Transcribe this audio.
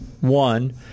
One